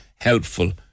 helpful